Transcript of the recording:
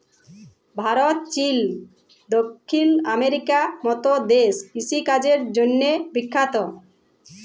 Bharat, Chile, দখ্খিল আমেরিকার মত দ্যাশ কিষিকাজের জ্যনহে বিখ্যাত